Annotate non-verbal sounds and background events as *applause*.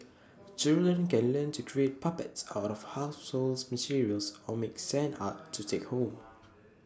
*noise* children can learn to create puppets out of households materials or make sand art *noise* to take home